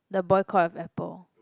the boycott of Apple